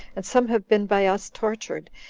and some have been by us tortured,